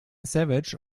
savage